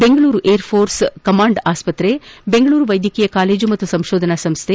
Bengaluru air force command ಆಸ್ತ್ರೆ ಬೆಂಗಳೂರು ವೈದ್ಯಕೀಯ college ಮತ್ತು ಸಂಶೋಧನಾ ಸಂಸ್ಥೆ